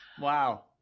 Wow